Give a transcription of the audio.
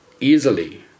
easily